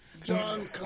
John